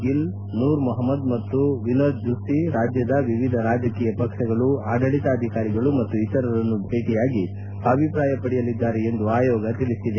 ಗಿಲ್ ನೂರ್ ಮೊಹಮ್ನದ್ ಮತ್ತು ವಿನೋದ್ ಜುತ್ಲಿ ರಾಜ್ಯದ ವಿವಿಧ ರಾಜಕೀಯ ಪಕ್ಷಗಳು ಆಡಳಿತಾಧಿಕಾರಿಗಳು ಮತ್ತು ಇತರರನ್ನು ಭೇಟಿಯಾಗಿ ಅಭಿಪ್ರಾಯ ಪಡೆಯಲಿದ್ದಾರೆ ಎಂದು ಆಯೋಗ ತಿಳಿಸಿದೆ